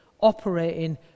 operating